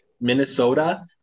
Minnesota